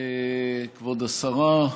כבוד השרה,